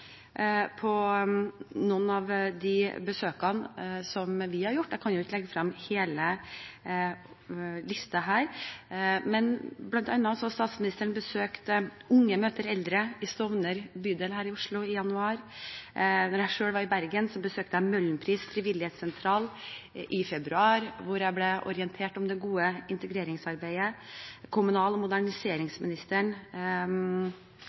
på noen av de besøkene vi har gjort. Jeg kan jo ikke legge frem hele listen her, men bl.a. så besøkte statsministeren «Unge møter eldre» i Stovner bydel her i Oslo i januar. Da jeg selv var i Bergen i februar, besøkte jeg frivillighetssentralen på Møhlenpris hvor jeg ble orientert om det gode integreringsarbeidet. Kommunal- og